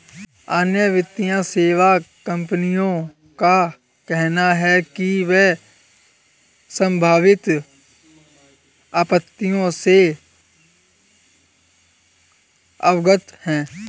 अन्य वित्तीय सेवा कंपनियों का कहना है कि वे संभावित आपत्तियों से अवगत हैं